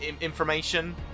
information